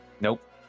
Nope